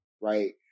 Right